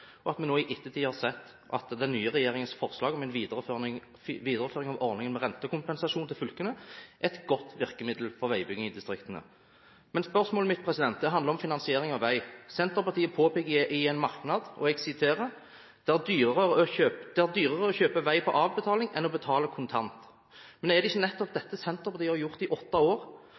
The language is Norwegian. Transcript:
skiftet mening og nå innser at Stoltenberg-regjeringens forslag til budsjett innenfor samferdsel var veldig dårlig distriktspolitikk, og at de i ettertid har sett at den nye regjeringens forslag om en videreføring av ordningen med rentekompensasjon til fylkene er et godt virkemiddel for veibygging i distriktene. Spørsmålet mitt handler om finansiering av vei. Senterpartiet – og Arbeiderpartiet – påpeker i en merknad at det er «dyrere å kjøpe på avbetaling enn å betale kontant». Er det ikke nettopp dette Senterpartiet har gjort i åtte år?